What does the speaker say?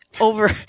over